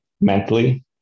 mentally